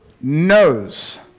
knows